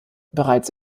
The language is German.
bereits